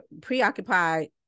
preoccupied